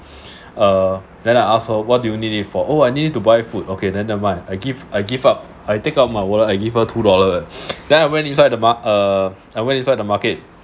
uh then I ask her what do you need it for oh I need it to buy food okay then never mind I give I give up I take out my wallet I give her two dollar eh then I went inside the ma~ uh I went inside the market